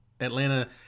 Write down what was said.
Atlanta